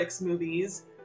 movies